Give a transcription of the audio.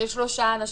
של שלושה אנשים,